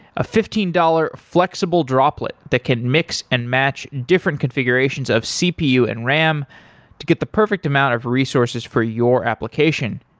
a fifteen dollars flexible droplet that can mix and match different configurations of cpu and ram to get the perfect amount of resources for your application.